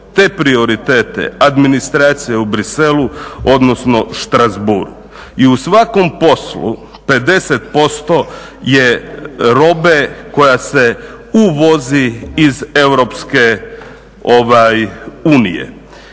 te prioritete administracija u Bruxellesu odnosno Strassbourgu. I u svakom poslu 50% je robe koja se uvozi iz Europske unije.